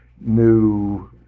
new